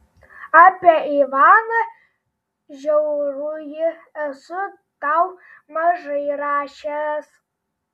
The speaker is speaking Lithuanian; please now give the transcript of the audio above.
apie ivaną žiaurųjį esu tau mažai rašęs